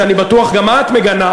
ואני בטוח שגם את מגנה,